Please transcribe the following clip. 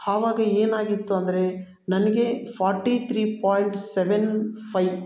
ಆವಾಗ ಏನಾಗಿತ್ತು ಅಂದರೆ ನನಗೆ forty three point seven five